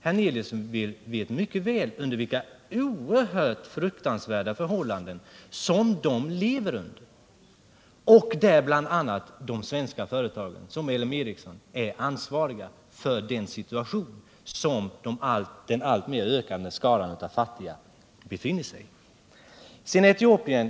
Herr Hernelius vet mycket väl under vilka fruktansvärda förhållanden de lever, där bl.a. svenska företag, som L M Ericsson, är ansvariga för den situation som den alltmer ökande skaran av fattiga befinner sig i. Sedan till Etiopien.